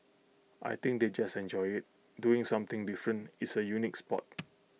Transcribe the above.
I think they just enjoy IT doing something different it's A unique Sport